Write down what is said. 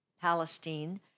Palestine